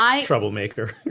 troublemaker